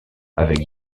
avec